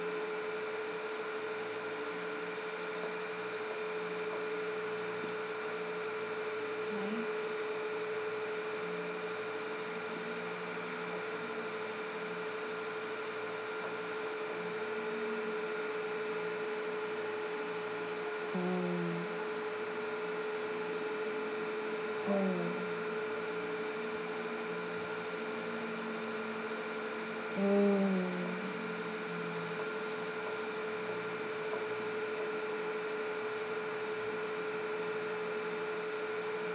mm mm mm